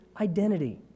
identity